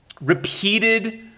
repeated